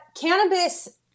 Cannabis